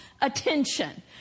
attention